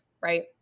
right